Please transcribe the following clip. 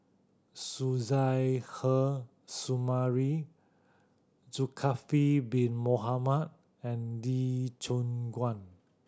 Suzairhe Sumari Zulkifli Bin Mohamed and Lee Choon Guan